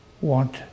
want